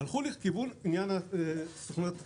הלכו לכיוון סוכנויות התיירות,